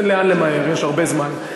אין לאן למהר, יש הרבה זמן.